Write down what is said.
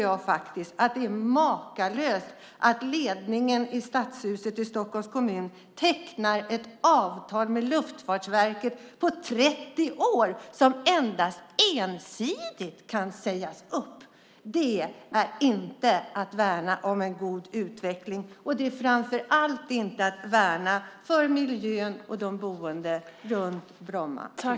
Jag tycker att det är makalöst att ledningen i Stadshuset i Stockholms kommun tecknar ett avtal med Luftfartsverket på 30 år, som kan sägas upp endast ensidigt. Det är inte att värna om en god utveckling. Det är framför allt inte att värna om miljön och de boende runt Bromma flygplats.